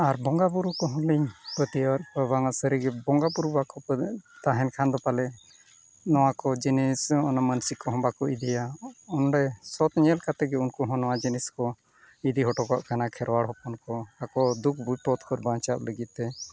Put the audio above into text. ᱟᱨ ᱵᱚᱸᱜᱟᱼᱵᱩᱨᱩ ᱠᱚᱦᱚᱸ ᱞᱤᱧ ᱯᱟᱹᱛᱭᱟᱹᱣᱟᱜ ᱠᱚᱣᱟ ᱵᱟᱝᱟ ᱥᱟᱹᱨᱤᱜᱮ ᱵᱚᱸᱜᱟᱼᱵᱩᱨᱩ ᱵᱟᱠᱚ ᱛᱟᱦᱮᱱ ᱠᱷᱟᱱᱫᱚ ᱯᱟᱞᱮ ᱱᱚᱣᱟ ᱠᱚ ᱡᱤᱱᱤᱥ ᱢᱟᱱᱥᱤᱠ ᱠᱚᱦᱚᱸ ᱵᱟᱠᱚ ᱤᱫᱤᱭᱟ ᱚᱸᱰᱮ ᱥᱚᱛ ᱧᱮᱞ ᱠᱟᱛᱮᱫ ᱜᱮ ᱩᱱᱠᱩ ᱦᱚᱸ ᱱᱚᱣᱟ ᱡᱤᱱᱤᱥ ᱠᱚ ᱤᱫᱤ ᱦᱚᱴᱚ ᱠᱟᱜ ᱠᱟᱱᱟ ᱠᱷᱮᱨᱣᱟᱲ ᱦᱚᱯᱚᱱ ᱠᱚ ᱟᱠᱚ ᱫᱩᱠ ᱵᱤᱯᱚᱫ ᱠᱷᱚᱱ ᱵᱟᱧᱪᱟᱜ ᱞᱟᱹᱜᱤᱫ ᱛᱮ